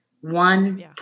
One